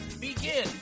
begin